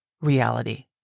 reality